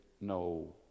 no